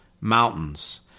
Mountains